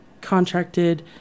contracted